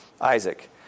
Isaac